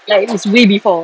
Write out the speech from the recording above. like it's way before